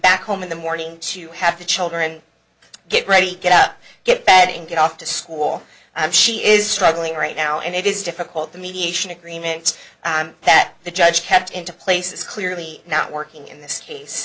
back home in the morning to have the children get ready get up get bed and get off to school and she is struggling right now and it is difficult the mediation agreement that the judge kept into place is clearly not working in this case